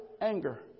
anger